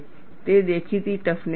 તે દેખીતી ટફનેસ છે